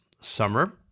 summer